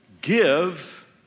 give